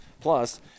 Plus